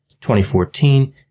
2014